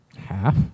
Half